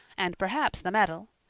and perhaps the medal!